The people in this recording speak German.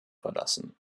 verlassen